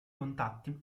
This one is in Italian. contatti